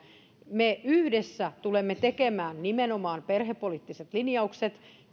me yhdessä tulemme tekemään nimenomaan perhepoliittiset linjaukset